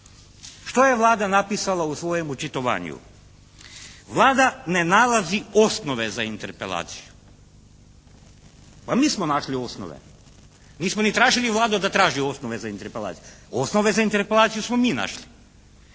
Što je Vlada napisala u svojem očitovanju? Vlada ne nalazi osnove za Interpelaciju. Pa mi smo našli osnove. Nismo ni tražili Vladu da traži osnove za Interpelaciju. Osnove za Interpelaciju smo mi našli.